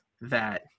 that-